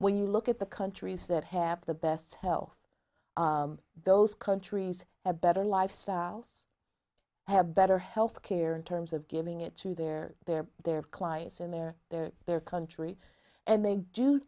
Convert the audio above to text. when you look at the countries that have the best health those countries a better lifestyle have better health care in terms of giving it to their their their clients and their their their country and they do